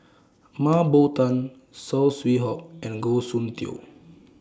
Mah Bow Tan Saw Swee Hock and Goh Soon Tioe